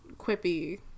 quippy